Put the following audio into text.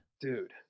Dude